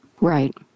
Right